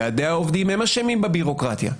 ועדי העובדים הם אשמים בבירוקרטיה.